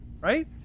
right